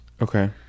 Okay